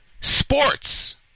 sports